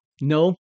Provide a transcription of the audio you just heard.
no